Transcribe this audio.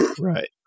Right